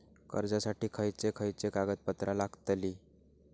कर्जासाठी खयचे खयचे कागदपत्रा लागतली?